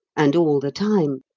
and all the time,